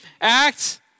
act